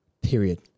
period